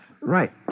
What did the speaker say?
Right